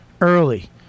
early